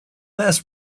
last